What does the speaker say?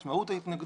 את מהות ההתנגדות.